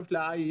גם של ה-IEA,